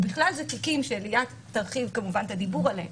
ובכלל זה תיקים שליאת תרחיב כמובן את הדיבור עליהם,